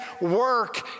work